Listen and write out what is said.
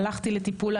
הלכתי לטיפול,